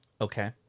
Okay